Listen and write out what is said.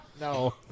No